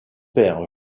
père